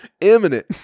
Imminent